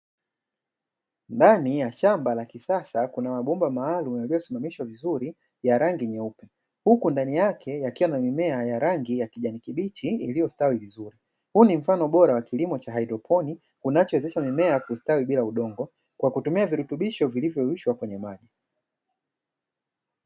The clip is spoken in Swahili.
Ndani ya shamba la kisasa kuna mabomba maalumu yaliyosimamishwa vizuri ya rangi nyeupe, huku ndani yake yakiwa yana mimea ya rangi ya kijani kibichi iliyostawi vizuri, huu ni mfano bora wa kilimo cha haidroponi unachowezesha mimea kustawi bila udongo kwa kutumia virutubisho vilivyo yeyushwa kwenye maji.